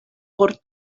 pro